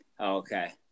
Okay